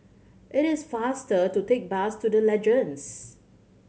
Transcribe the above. it is faster to take bus to The Legends